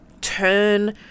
turn